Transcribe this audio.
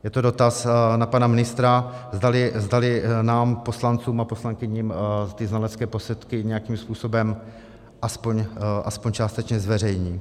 Je to dotaz na pana ministra, zdali nám, poslancům a poslankyním, ty znalecké posudky nějakým způsobem aspoň částečně zveřejní.